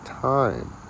time